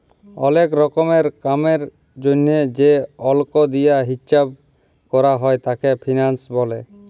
ওলেক রকমের কামের জনহে যে অল্ক দিয়া হিচ্চাব ক্যরা হ্যয় তাকে ফিন্যান্স ব্যলে